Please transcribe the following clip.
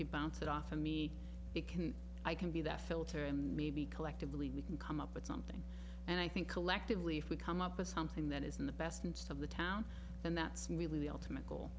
you bounce it off for me it can i can be that filter and maybe collectively we can come up with something and i think collectively if we come up with something that is in the best interest of the town and that's really the ultimate goal